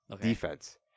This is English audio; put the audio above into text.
defense